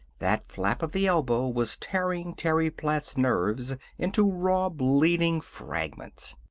that flap of the elbow was tearing terry platt's nerves into raw, bleeding fragments.